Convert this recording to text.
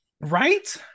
right